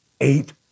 eight